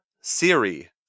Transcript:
Siri